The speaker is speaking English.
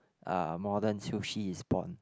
uh modern sushi is born